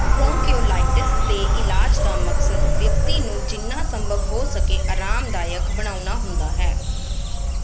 bronchiolitis ਦੇ ਇਲਾਜ ਦਾ ਮਕਸਦ ਵਿਅਕਤੀ ਨੂੰ ਜਿੰਨਾ ਸੰਭਵ ਹੋ ਸਕੇ ਆਰਾਮਦਾਇਕ ਬਣਾਉਣਾ ਹੁੰਦਾ ਹੈ